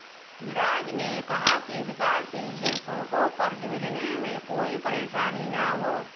मिराज ने कहा कि विकासशील देशों को कर्ज मिलने में कोई परेशानी न हो